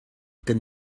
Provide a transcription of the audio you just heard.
kan